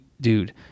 dude